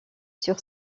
sur